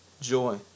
joy